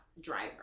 driver